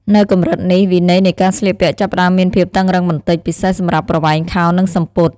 នៅកម្រិតនេះ វិន័យនៃការស្លៀកពាក់ចាប់ផ្តើមមានភាពតឹងរ៉ឹងបន្តិច ពិសេសសម្រាប់ប្រវែងខោ និងសំពត់។